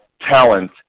talent